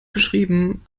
geschrieben